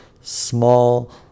small